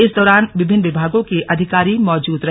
इस दौरान विभिन्न विभागों के अधिकारी मौजूद रहे